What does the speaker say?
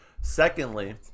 Secondly